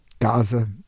Gaza